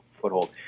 foothold